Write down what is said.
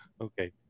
Okay